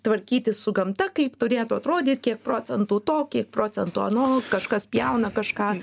tvarkytis su gamta kaip turėtų atrodyt kiek procentų to kiek procentų ano kažkas pjauna kažką